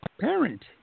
parent